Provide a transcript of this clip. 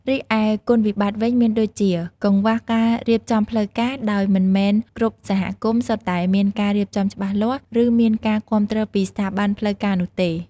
រីឯគុណវិបត្តិវិញមានដូចជា កង្វះការរៀបចំផ្លូវការ ដោយមិនមែនគ្រប់សហគមន៍សុទ្ធតែមានការរៀបចំច្បាស់លាស់ ឬមានការគាំទ្រពីស្ថាប័នផ្លូវការនោះទេ ។